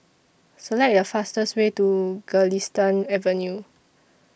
Select The fastest Way to Galistan Avenue